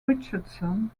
richardson